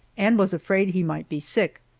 and was afraid he might be sick,